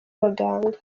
abaganga